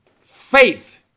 Faith